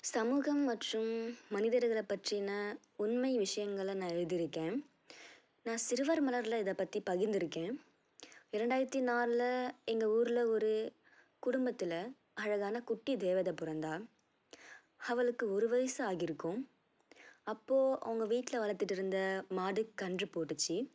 சமூகம் மற்றும் மனிதர்களை பற்றின உண்மை விஷயங்கள நான் எழுதியிருக்கேன் நான் சிறுவர் மலர்ல இதை பற்றி பகிர்ந்திருக்கேன் இரண்டாயிரத்து நாலுல எங்கள் ஊர்ல ஒரு குடும்பத்தில் அழகான குட்டி தேவதை பிறந்தா அவளுக்கு ஒரு வயது ஆகியிருக்கும் அப்போது அவங்க வீட்டில வளர்த்துட்டு இருந்த மாடு கன்று போட்டுச்சு